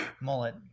Mullet